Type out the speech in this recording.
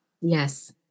Yes